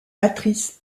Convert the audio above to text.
patrice